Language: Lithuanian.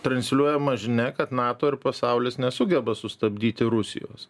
transliuojama žinia kad nato ir pasaulis nesugeba sustabdyti rusijos